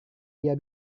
dia